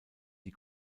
die